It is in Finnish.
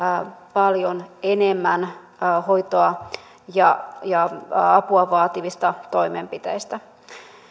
paljon enemmän hoitoa ja ja apua vaativista toimenpiteistä